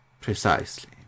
Precisely